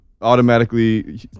automatically